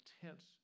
intense